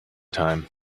time